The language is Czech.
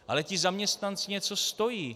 Ale ti zaměstnanci něco stojí.